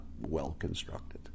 well-constructed